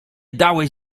dałeś